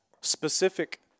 specific